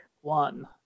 One